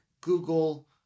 google